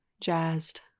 jazzed